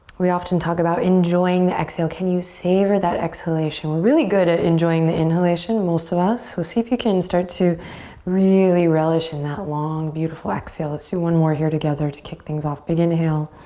we often talk about enjoying the exhale, can you savor that exhalation? we're really good at enjoying the inhalation, most of us, so see if you can start to really relish in that long, beautiful exhale. let's do one more here together to kick things off. big inhale.